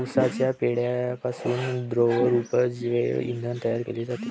उसाच्या पेंढ्यापासून द्रवरूप जैव इंधन तयार केले जाते